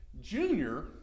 Junior